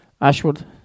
Ashwood